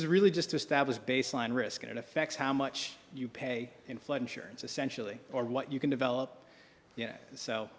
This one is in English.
is really just to establish a baseline risk that affects how much you pay in flood insurance essentially or what you can develop yeah so